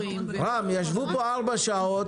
רם, ישבו פה במשך ארבע שעות.